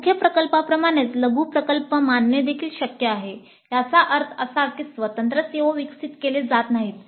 मुख्य प्रकल्पाप्रमाणेच लघु प्रकल्प मानणे देखील शक्य आहे याचा अर्थ असा की स्वतंत्र CO विकसित केले जात नाहीत